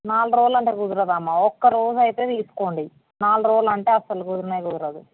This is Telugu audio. నాలుగు రోజులు అంటే కుదరదమ్మ ఒక్కరోజు అయితే తీసుకోండి నాలుగు రోజులు అంటే అసలు కుదరనే కుదరదు